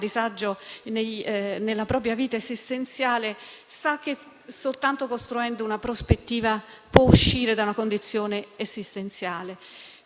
disagio nella propria vita esistenziale sa che soltanto costruendo una prospettiva può uscire da una condizione di difficoltà